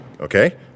Okay